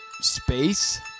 space